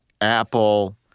Apple